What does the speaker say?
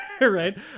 right